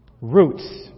Roots